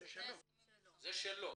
זה שלו.